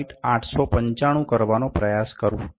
895 કરવાનો પ્રયાસ કરું